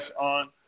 on